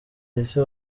ese